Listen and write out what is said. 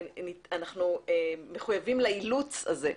אנחנו מחויבים לאילוץ הזה.